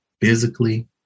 physically